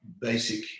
basic